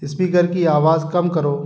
speaker की आवाज़ कम करो